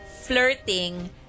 flirting